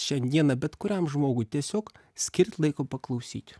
šiandieną bet kuriam žmogui tiesiog skirti laiko paklausyt